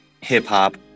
hip-hop